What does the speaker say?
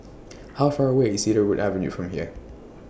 How Far away IS Cedarwood Avenue from here